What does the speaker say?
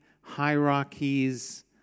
hierarchies